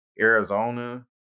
Arizona